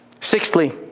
Sixthly